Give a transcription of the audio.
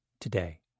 today